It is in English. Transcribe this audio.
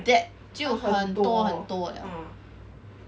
depth 就很多很多 liao